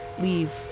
leave